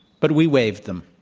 but we waived them.